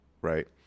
right